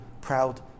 proud